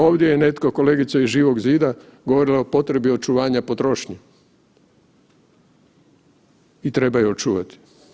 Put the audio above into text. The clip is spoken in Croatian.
Ovdje je netko, kolegica iz Živog zida govorila o potrebi očuvanja potrošnje i treba je očuvati.